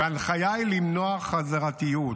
וההנחיה היא למנוע חזרתיות.